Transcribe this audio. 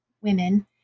women